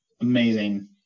Amazing